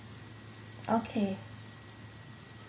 okay